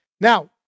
Now